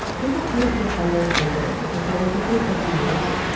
people came to the sunday assembly because they were looking for community.